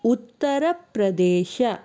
Uttar Pradesh